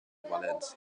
valència